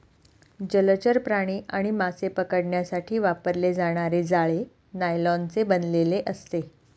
जलचर प्राणी आणि मासे पकडण्यासाठी वापरले जाणारे जाळे नायलॉनचे बनलेले असते